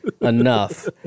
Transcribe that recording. Enough